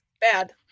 Bad